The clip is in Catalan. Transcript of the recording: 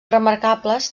remarcables